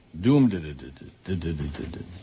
Doomed